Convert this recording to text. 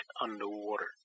underwater